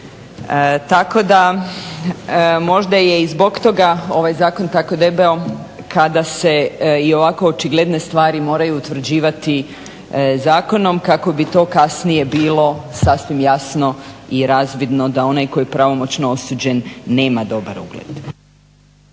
Tako da možda je i zbog toga ovaj zakon tako debeo kada se i ovako očigledne stvari moraju utvrđivati zakonom kako bi to kasnije bilo sasvim jasno i razvidno da onaj tko je pravomoćno osuđen nema dobar ugled.